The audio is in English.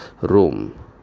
room